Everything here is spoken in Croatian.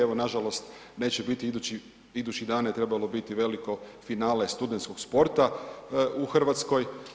Evo nažalost neće biti idućih dana je trebalo biti veliko finale studentskog sporta u Hrvatskoj.